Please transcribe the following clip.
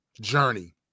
journey